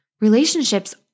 relationships